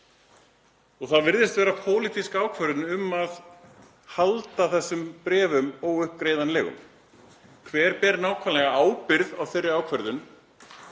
Það virðist vera pólitísk ákvörðun um að halda þessum bréfum óuppgreiðanlegum. Hver ber nákvæmlega ábyrgð á þeirri ákvörðun